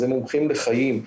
זה מומחים לחיים,